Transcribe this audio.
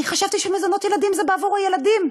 אני חשבתי שמזונות ילדים זה בעבור הילדים.